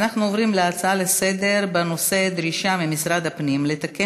אנחנו עוברים להצעות לסדר-היום בנושא: דרישה ממשרד הפנים לתקן